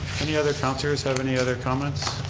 any other councilors have any other comments?